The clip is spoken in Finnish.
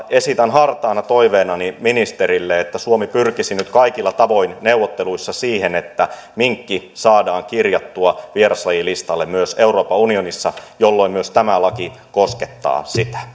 esitän hartaana toiveenani ministerille että suomi pyrkisi nyt kaikilla tavoin neuvotteluissa siihen että minkki saadaan kirjattua vieraslajilistalle myös euroopan unionissa jolloin tämä laki koskettaa myös sitä